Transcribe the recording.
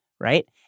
Right